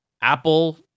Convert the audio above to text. Apple